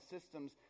systems